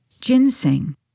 Ginseng